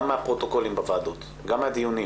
גם מהפרוטוקולים בוועדות וגם מהדיונים